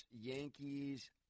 Yankees